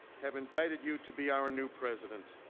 have invited you, to be our new president.